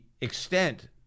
extent